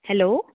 hello